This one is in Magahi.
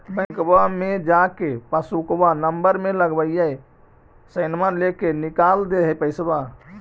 बैंकवा मे जा के पासबुकवा नम्बर मे लगवहिऐ सैनवा लेके निकाल दे है पैसवा?